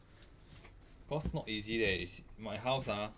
cause not easy leh it's my house ah